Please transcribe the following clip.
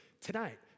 tonight